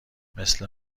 مثل